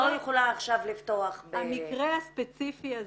יכולה עכשיו לפתוח --- המקרה הספציפי הזה,